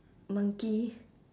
monkey